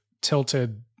tilted